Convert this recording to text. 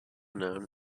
known